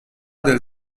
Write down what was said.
del